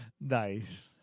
Nice